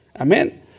Amen